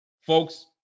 folks